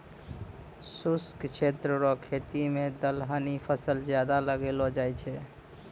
शुष्क क्षेत्र रो खेती मे दलहनी फसल ज्यादा लगैलो जाय छै